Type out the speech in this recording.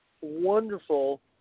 wonderful